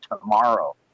tomorrow